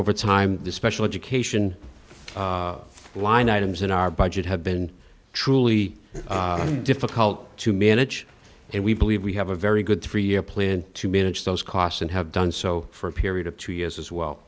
over time the special education line items in our budget have been truly difficult to manage and we believe we have a very good three year plan to manage those costs and have done so for a period of two years as well